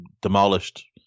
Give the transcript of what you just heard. demolished